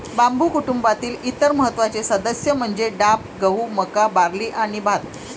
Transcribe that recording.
बांबू कुटुंबातील इतर महत्त्वाचे सदस्य म्हणजे डाब, गहू, मका, बार्ली आणि भात